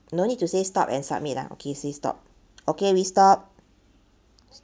no need to say stop and submit lah okay say stop okay we stop